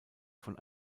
von